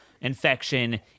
infection